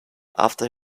after